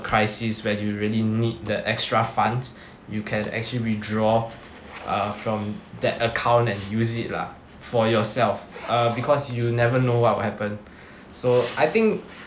crisis where you really need that extra funds you can actually withdraw uh from that account and use it lah for yourself uh because you never know what will happen so I think